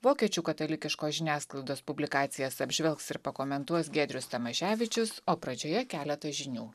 vokiečių katalikiškos žiniasklaidos publikacijas apžvelgs ir pakomentuos giedrius tamaševičius o pradžioje keletas žinių